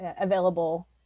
available